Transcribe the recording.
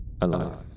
alive